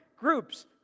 groups